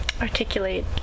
Articulate